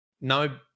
no